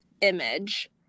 image